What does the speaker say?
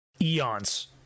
eons